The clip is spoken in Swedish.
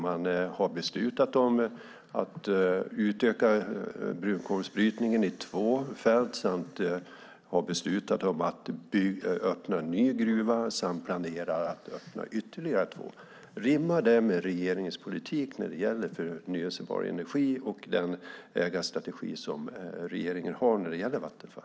Man har beslutat att utöka brunkolsbrytningen i två fält och att öppna en ny gruva. Man planerar också att öppna ytterligare två. Rimmar det med regeringens politik när det gäller förnybar energi och den ägarstrategi som regeringen har för Vattenfall?